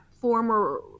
former